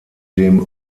dem